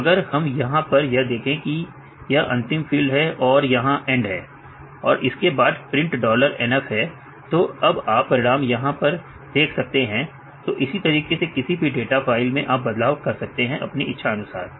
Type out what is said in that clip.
तो अगर हम यहां पर देखें यह अंतिम फील्ड है और यहां एंड है और इसके बाद प्रिंट डॉलर NF है तो अब आप परिणाम यहां पर देख सकते हैं तो इसी तरीके से किसी भी डाटा फाइल में आप बदलाव कर सकते हैं अपनी इच्छा अनुसार